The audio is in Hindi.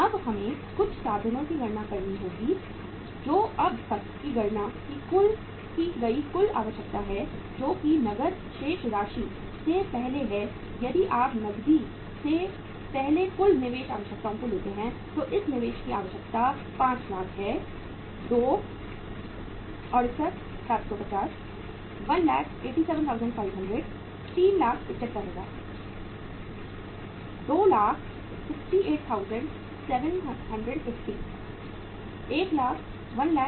अब हमें कुछ साधनों की गणना करनी होगी जो अब तक की गणना की गई कुल आवश्यकता है जो कि नकद शेष राशि से पहले है यदि आप नकदी से पहले कुल निवेश आवश्यकताओं को लेते हैं तो इस निवेश की आवश्यकता 500000 है 268750 187500 375000